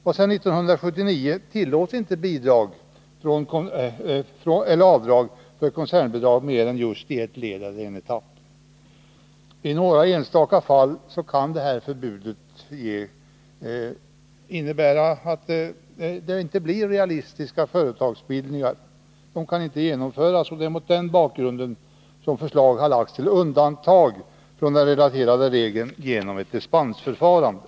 Och sedan 1979 tillåts inte avdrag för koncernbidrag i mer än ett led. I några enstaka fall kan det här förbudet motverka realistiska företagsbildningar, och det är mot den bakgrunden som förslag lagts om undantag från den relaterade regeln genom ett dispensförfarande.